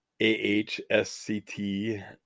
AHSCT